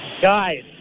Guys